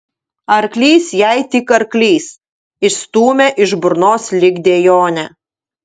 arklys jai tik arklys išstūmė iš burnos lyg dejonę